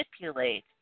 manipulate